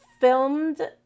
filmed